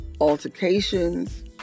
altercations